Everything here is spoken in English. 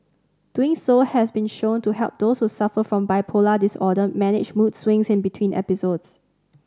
doing so has been shown to help those who suffer from bipolar disorder manage mood swings in between episodes